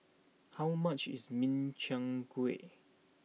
how much is Min Chiang Kueh